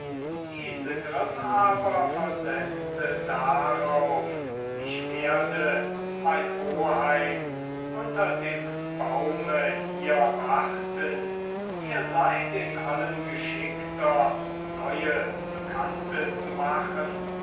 isegrim aber versetzte darauf ich werde mein oheim unter dem baume hier warten ihr seid in allem geschickter neue bekannte zu machen